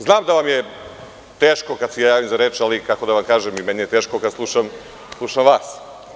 Znam da vam je teško kada se ja javim za reč, ali, kako da vam kažem, i meni je teško kada slušam vas.